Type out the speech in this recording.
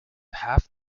half